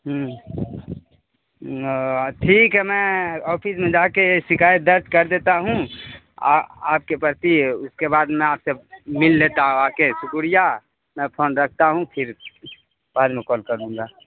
ہوں ٹھیک ہے میں آفس میں جا کے شکایت درج کر دیتا ہوں آپ کے پرتی اس کے بعد میں آپ سے مل لیتا ہوں آ کے شکریہ میں فون رکھتا ہوں پھر بعد میں کال کر لوں گا